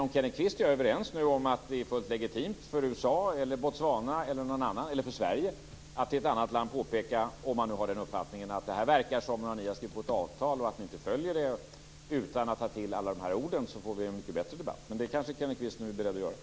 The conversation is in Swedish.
Om Kenneth Kvist och jag nu är överens om att det är fullt legitimt för USA, Botswana eller Sverige att i ett annat land påpeka, om man nu har den uppfattningen, att det verkar som om landet har skrivit på ett avtal och inte följer det, så får vi en mycket bättre debatt.